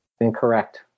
Incorrect